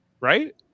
right